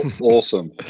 awesome